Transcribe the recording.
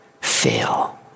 fail